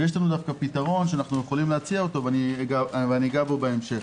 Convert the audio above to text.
יש לנו דווקא פתרון שאנחנו יכולים להציע ואגע בו בהמשך.